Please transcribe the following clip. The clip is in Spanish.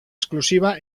exclusiva